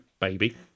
baby